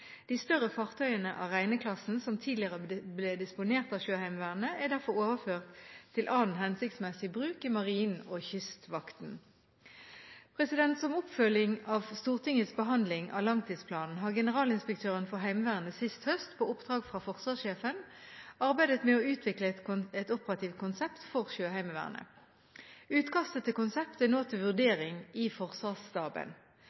De større fartøyene av Reine-klassen, som tidligere ble disponert av Sjøheimevernet, er derfor overført til annen hensiktsmessig bruk i Marinen og Kystvakten. Som oppfølging av Stortingets behandling av langtidsplanen har generalinspektøren for Heimevernet sist høst, på oppdrag fra forsvarssjefen, arbeidet med å utvikle et operativt konsept for Sjøheimevernet. Utkastet til konsept er nå til